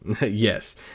Yes